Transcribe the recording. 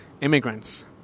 immigrants